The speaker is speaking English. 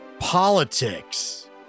Politics